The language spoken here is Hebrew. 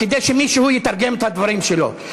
כדי שמישהו יתרגם את הדברים שלו.